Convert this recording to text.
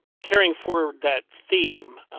caring for that theme.